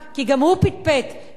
כי גם הוא פטפט כשהשתחרר,